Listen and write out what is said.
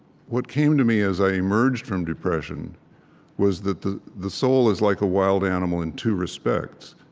what came to me as i emerged from depression was that the the soul is like a wild animal in two respects.